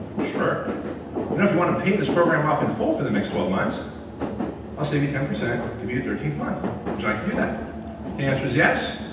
for you know if you want to pay this program of and for for the next twelve months icbm percent to view thirty month like you that the answer is yes